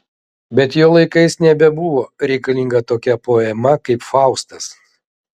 bet jo laikais nebebuvo reikalinga tokia poema kaip faustas